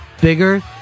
bigger